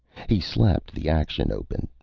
he slapped the action open,